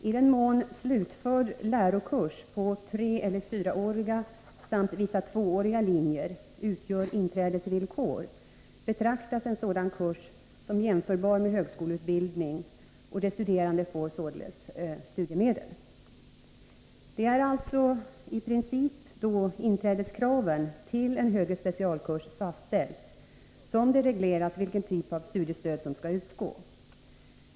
I den mån slutförd lärokurs på treeller fyraåriga samt vissa tvååriga linjer utgör inträdesvillkor betraktas en sådan kurs som jämförbar med högskoleutbildning, och de studerande får således studiemedel. Det är alltså i princip då inträdeskraven till en högre specialkurs fastställs som det regleras vilken typ av studiestöd som skall utgå.